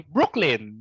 Brooklyn